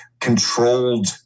controlled